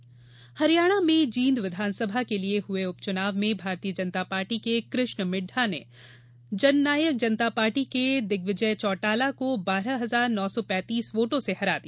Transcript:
उपच्नाव परिणाम हरियाणा में जींद विधानसभा के लिये हुये उपचुनाव में भारतीय जनता पार्टी के कृष्ण मिढढा ने जननायक जनता पार्टी के दिग्विजय चौटाला को बारह हजार नौ सो पैंतीस वोटों से हराया